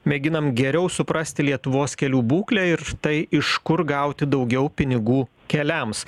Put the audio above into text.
mėginam geriau suprasti lietuvos kelių būklę ir štai iš kur gauti daugiau pinigų keliams